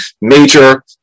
major